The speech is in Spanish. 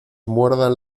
muerdan